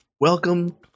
Welcome